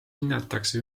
hinnatakse